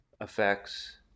Effects